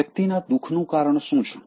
વ્યક્તિના દુખનું કારણ શું છે